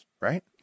right